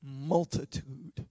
multitude